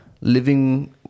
living